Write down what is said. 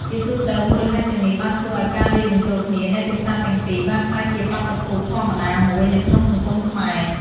ជាទូទៅ មូលហេតុទាំងនេះបានធ្វើឱ្យការលាយបញ្ចូលគ្នានៃភាសាទាំងពីរបានក្លាយជាបាតុភូតធម្មតាមួយនៅក្នុងសង្គមខ្មែរ។